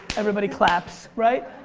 everybody claps. right?